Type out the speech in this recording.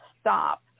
stop